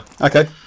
Okay